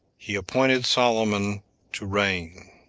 he appointed solomon to reign.